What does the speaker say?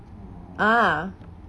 uh